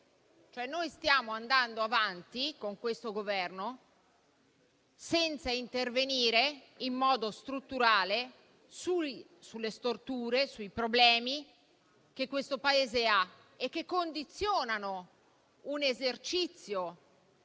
Noi stiamo andando avanti con questo Governo senza intervenire in modo strutturale sulle storture e sui problemi che il Paese ha e che condizionano un esercizio,